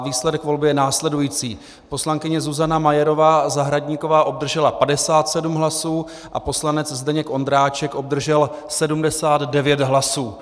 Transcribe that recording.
Výsledek volby je následující: poslankyně Zuzana Majerová Zahradníková obdržela 57 hlasů a poslanec Zdeněk Ondráček obdržel 79 hlasů.